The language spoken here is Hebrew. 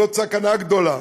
זו סכנה גדולה